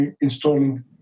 installing